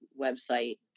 website